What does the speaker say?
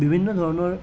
বিভিন্ন ধৰণৰ